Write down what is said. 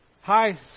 hi